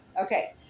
Okay